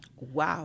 Wow